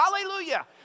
hallelujah